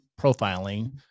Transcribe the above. profiling